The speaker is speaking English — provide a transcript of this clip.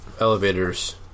elevators